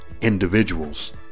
individuals